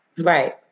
right